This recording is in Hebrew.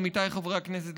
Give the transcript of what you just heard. עמיתיי חברי הכנסת,